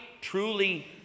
truly